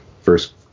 first